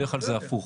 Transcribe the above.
בדרך כלל זה הפוך.